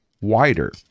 wider